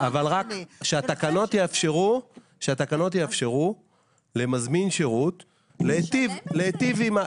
אבל רק שהתקנות יאפשרו למזמין שירות להיטיב עם,